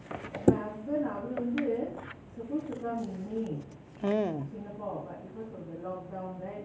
hmm